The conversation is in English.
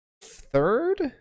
third